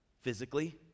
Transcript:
Physically